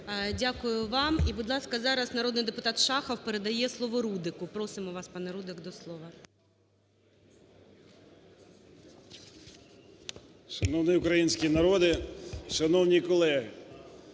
Дякую вам. І, будь ласка, зараз народний депутат Шахов передає слово Рудику. Просимо вас, пане Рудик, до слова. 10:19:35 РУДИК С.Я. Шановний український народе, шановні колеги!